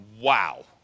Wow